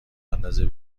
اندازه